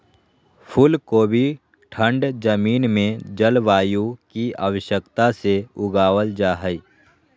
फूल कोबी ठंड जमीन में जलवायु की आवश्यकता से उगाबल जा हइ